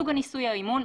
סוג הניסוי/אימון,